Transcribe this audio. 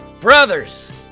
Brothers